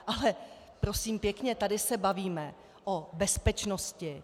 Ale prosím pěkně, tady se bavíme o bezpečnosti.